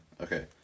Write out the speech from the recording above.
Okay